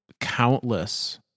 countless